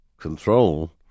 control